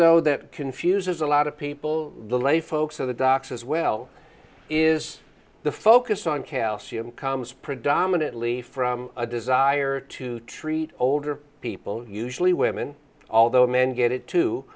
though that confuses a lot of people the lay folks of the docs as well is the focus on calcium comes predominantly from a desire to treat older people usually women although men get it too